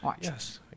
Yes